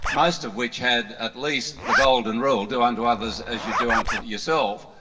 most of which had at least the golden rule do unto others as you do unto yourself.